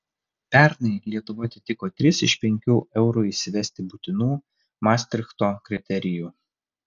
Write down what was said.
pernai lietuva atitiko tris iš penkių eurui įsivesti būtinų mastrichto kriterijų